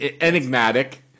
enigmatic